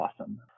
awesome